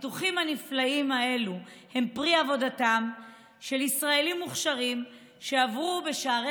הפיתוחים הנפלאים האלה הם פרי עבודתם של ישראלים מוכשרים שעברו בשערי